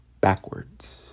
backwards